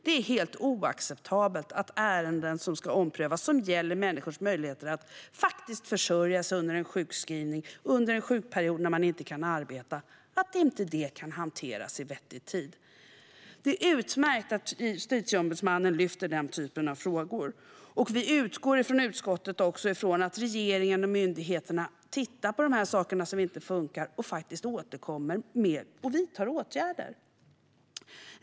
Det är helt oacceptabelt att ärenden som ska omprövas och som gäller människors möjligheter att försörja sig under en sjukskrivning eller sjukperiod då de inte kan arbeta inte kan hanteras inom vettig tid. Det är utmärkt att Justitieombudsmannen lyfter upp denna typ av frågor, och vi i utskottet utgår ifrån att regeringen och myndigheterna tittar på de saker som inte funkar, återkommer och vidtar åtgärder.